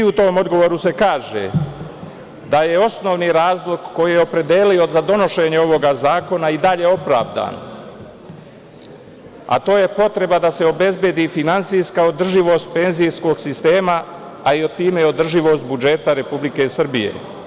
U tom odgovoru se kaže da je osnovni razlog koji je opredelio za donošenje ovog zakona i dalje opravdan, a to je potreba da se obezbedi finansijska održivost penzijskog sistema a time i održivost budžeta Republike Srbije.